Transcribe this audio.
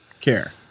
care